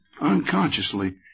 unconsciously